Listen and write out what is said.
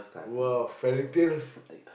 !wow! fairytales